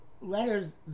letters